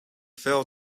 fell